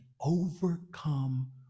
overcome